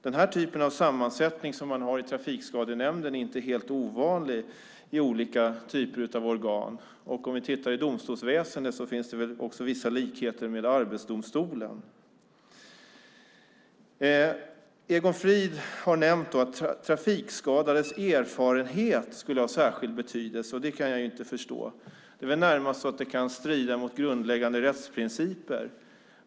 Den typ av sammansättning man har i Trafikskadenämnden är inte helt ovanlig i olika typer av organ, och om vi tittar på domstolsväsendet ser vi också vissa likheter med Arbetsdomstolen. Egon Frid har nämnt att trafikskadades erfarenhet ska ha särskild betydelse, och det kan jag inte förstå. Det är väl närmast så att det kan strida mot grundläggande rättsprinciper.